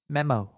Memo